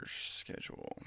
schedule